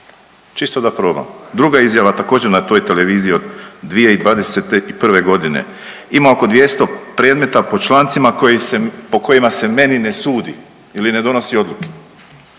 čisto da probam. Druga izjava također na toj televiziji od 2021.g., ima oko 200 predmeta po članicama koji se, po kojima se meni ne sudi ili ne donosi odluke.